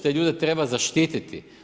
Te ljude treba zaštititi.